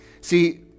See